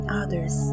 others